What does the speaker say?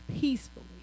peacefully